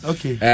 Okay